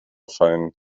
fallen